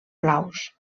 blaus